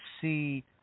see